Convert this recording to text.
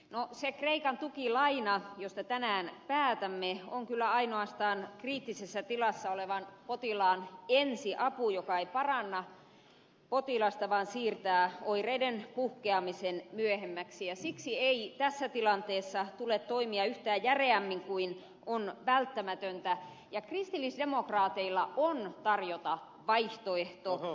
no se kreikan tukilaina josta tänään päätämme on kyllä ainoastaan kriittisessä tilassa olevan potilaan ensiapu joka ei paranna potilasta vaan siirtää oireiden puhkeamisen myöhemmäksi ja siksi ei tässä tilanteessa tule toimia yhtään järeämmin kuin on välttämätöntä ja kristillisdemokraateilla on tarjota vaihtoehto